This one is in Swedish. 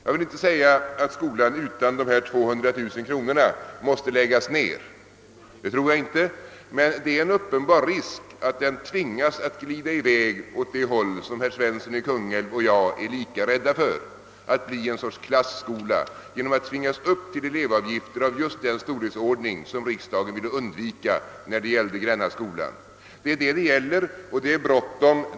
Jag vill inte säga att den måste läggas ned, om den inte får de 200 000 kronor det här gäller, men det föreligger en uppenbar risk för att skolan tvingas i väg åt det håll som herr Svensson i Kungälv och jag är lika rädda för, d.v.s. att bli någon sorts klassskola genom att tvingas gå upp med elevavgifterna till den storleksordning som riksdagen ville undvika när det gällde Grännaskolan. Det är den saken det gäller — och det är bråttom!